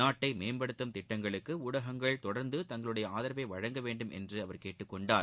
நாட்டை மேம்படுத்தும் திட்டங்களுக்கு ஊடகங்கள் தொடர்ந்து தங்களுடைய ஆதரவை வழங்க வேண்டும் என்று அவர் கேட்டுக்கொண்டார்